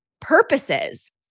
purposes